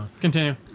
continue